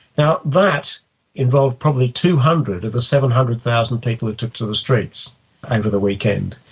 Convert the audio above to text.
now, that involved probably two hundred of the seven hundred thousand people who took to the streets over the weekend,